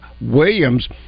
Williams